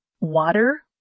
Water